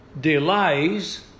delays